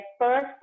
first